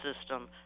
system